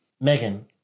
Megan